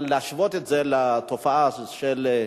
אבל להשוות את זה לתופעה של אסד,